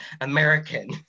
American